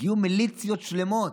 הגיעו מליציות שלמות.